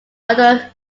under